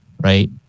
right